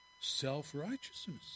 self-righteousness